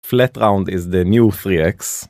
פלט ראונד הוא 3x החדש